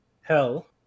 hell